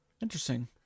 Interesting